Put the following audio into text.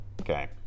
Okay